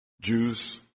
Jews